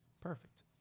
perfect